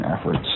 efforts